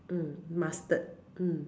mm mustard mm